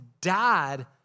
died